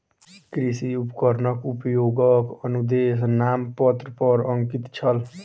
कृषि उपकरणक उपयोगक अनुदेश नामपत्र पर अंकित छल